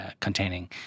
containing